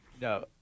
No